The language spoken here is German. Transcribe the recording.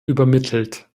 übermittelt